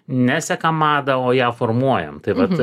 nesekam madą o ją formuojam tai vat